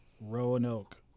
Roanoke